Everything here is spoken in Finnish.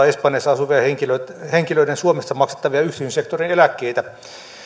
espanjassa asuvien henkilöiden suomesta maksettavia yksityisen sektorin eläkkeitä